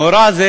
מאורע זה